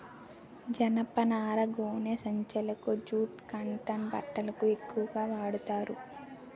జనపనార గోనె సంచులకు జూట్ కాటన్ బట్టలకు ఎక్కువుగా వాడతారు